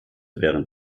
während